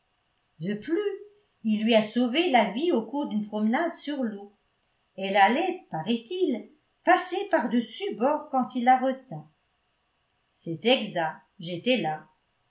de plus il lui a sauvé la vie au cours d'une promenade sur l'eau elle allait paraît-il passer par dessus bord quand il la retint c'est exact j'étais là